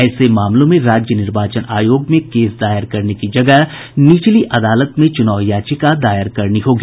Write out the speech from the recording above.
ऐसे मामलों में राज्य निर्वाचन आयोग में केस दायर करने की जगह निचली अदालत में चूनाव याचिका दायर करनी होगी